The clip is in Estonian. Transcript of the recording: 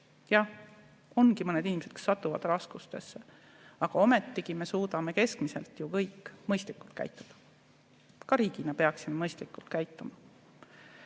Jah, ongi mõned inimesed, kes satuvad raskustesse. Aga ometigi me suudame keskmiselt kõik mõistlikult käituda. Ka riigina peaksime mõistlikult käituma.